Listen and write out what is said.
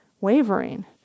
wavering